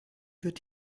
wird